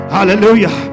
Hallelujah